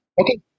Okay